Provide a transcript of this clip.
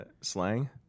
slang